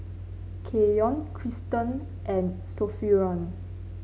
Keyon Kristen and Sophronia